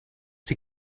die